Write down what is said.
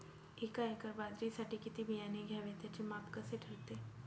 एका एकर बाजरीसाठी किती बियाणे घ्यावे? त्याचे माप कसे ठरते?